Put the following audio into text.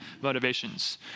motivations